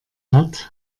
hat